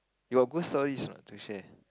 your ghost story is what to share